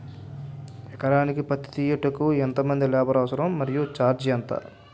ఎకరానికి పత్తి తీయుటకు ఎంత మంది లేబర్ అవసరం? మరియు ఛార్జ్ ఎంత?